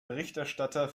berichterstatter